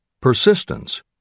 Persistence